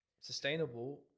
sustainable